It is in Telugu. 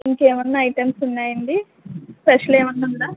ఇంకేమైనా ఐటమ్స్ ఉన్నాయా అండి స్పెషల్ ఏమైనా ఉందా